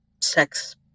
sex